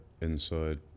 inside